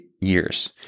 Years